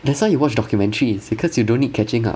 that's why you watch documentaries because you don't need catching up